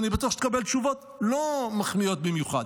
ואני בטוח שתקבל תשובות לא מחמיאות במיוחד.